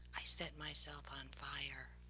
i set myself on fire.